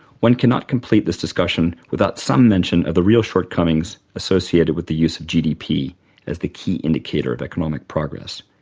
one cannot complete this discussion without some mention of the real shortcomings associated with the use of gdp as the key indicator of economic progress.